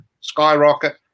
skyrocket